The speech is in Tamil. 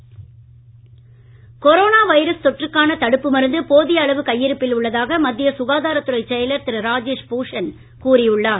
கொரோனாதடுப்பூசி கொரோனா ரைவஸ் தொற்றுக்கான தடுப்பு மருந்து போதிய அளவு கையிருப்பில் உள்ளதாக மத்திய சுகாதாரத் துறை செயலர் திரு ராஜேஷ் பூஷன் கூறி உள்ளார்